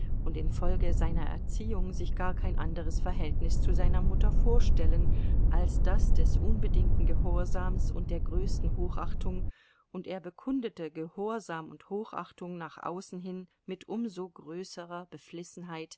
und infolge seiner erziehung sich gar kein anderes verhältnis zu seiner mutter vorstellen als das des unbedingten gehorsams und der größten hochachtung und er bekundete gehorsam und hochachtung nach außen hin mit um so größerer